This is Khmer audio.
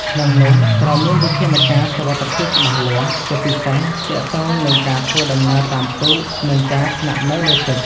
ក្នុងនោះ ត្រូវមានវិធានការសុវត្ថិភាពច្បាស់លាស់ ជាពិសេសទាក់ទងនឹងការធ្វើដំណើរតាមទូក និងការស្នាក់នៅលើទឹក។